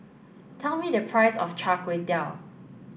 tell me the price of Char Kway Teow